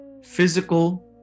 physical